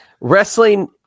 wrestling